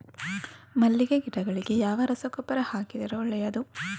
ಮಲ್ಲಿಗೆ ಗಿಡಗಳಿಗೆ ಯಾವ ರಸಗೊಬ್ಬರ ಹಾಕಿದರೆ ಒಳ್ಳೆಯದು?